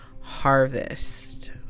harvest